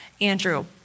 Andrew